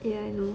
ya I know